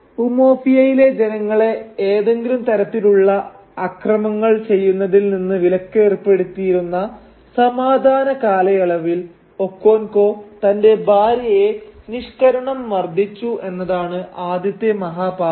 ഉമൊഫിയയിലെ ജനങ്ങളെ ഏതെങ്കിലും തരത്തിലുള്ള അക്രമങ്ങൾ ചെയ്യുന്നതിൽ നിന്ന് വിലക്കേർപ്പെടുത്തിയിരുന്ന സമാധാന കാലയളവിൽ ഒക്കോൻകോ തന്റെ ഭാര്യയെ നിഷ്ക്കരുണം മർദ്ദിച്ചു എന്നതാണ് ആദ്യത്തെ മഹാപാപം